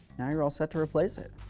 now you're all set to replace it.